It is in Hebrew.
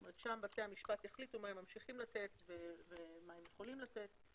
שם בתי המשפט יחליטו מה הם ממשיכים לתת ומה הם יכולים לתת.